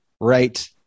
right